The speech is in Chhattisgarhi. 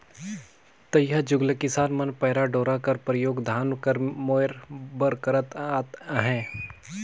तइहा जुग ले किसान मन पैरा डोरा कर परियोग धान कर मोएर बर करत आत अहे